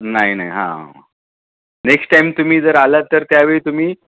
नाही नाही हां नेक्स्ट टाईम तुम्ही जर आला तर त्यावेळी तुम्ही